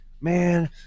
man